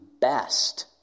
best